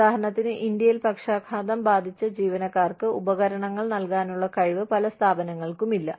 ഉദാഹരണത്തിന് ഇന്ത്യയിൽ പക്ഷാഘാതം ബാധിച്ച ജീവനക്കാർക്ക് ഉപകരണങ്ങൾ നൽകാനുള്ള കഴിവ് പല സ്ഥാപനങ്ങൾക്കും ഇല്ല